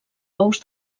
ous